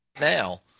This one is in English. now